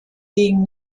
being